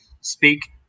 speak